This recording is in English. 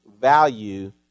value